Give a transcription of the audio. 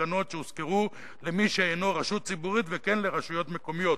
התקנות שהוזכרו למי שאינו רשות ציבורית וכן לרשויות מקומיות.